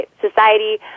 society